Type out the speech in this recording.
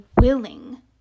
willing